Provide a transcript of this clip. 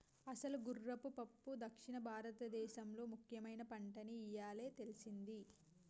అసలు గుర్రపు పప్పు దక్షిణ భారతదేసంలో ముఖ్యమైన పంటని ఇయ్యాలే తెల్సింది